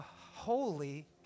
holy